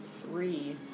Three